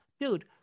dude